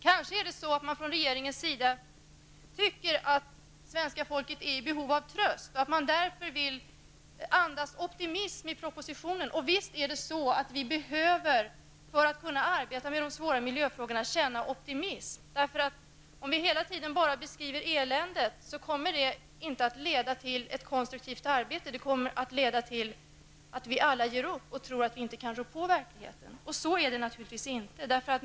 Kanske anser regeringen att det svenska folket är i behov av tröst och vill av den anledningen att propositionen skall andas optimism. Visst behöver vi känna optimism för att kunna arbeta med de svåra miljöfrågorna. Om vi hela tiden bara beskriver eländet kommer detta inte att leda till ett konstruktivt arbete. Det kommer att leda till att vi alla ger upp och tror att vi inte kan rå på verkligheten. Så förhåller det sig naturligtvis inte.